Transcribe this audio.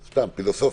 פילוסופית,